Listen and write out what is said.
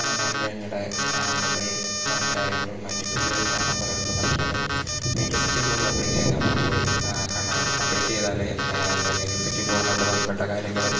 ഞാൻ കഴിഞ്ഞ ഇടെ മൊബൈൽ ഫോൺ കയ്യിലുള്ളത് മാറ്റി പുതിയൊരു ഫോൺ നമ്പറെടുത്തു പക്ഷേ അത് ഇലക്ട്രിസിറ്റി ബോഡിൽ അപ്ഡേറ്റ് ചെയ്യാൻ ഞാൻ മറന്നുപോയി കാരണം അപ്ഡേറ്റ് ചെയ്താലേ ഇലക്ട്രിസിറ്റി ബോർഡുമായിട്ടു ബന്ധപ്പെട്ട കാര്യങ്ങളും